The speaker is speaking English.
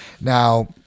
Now